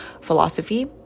philosophy